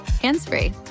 hands-free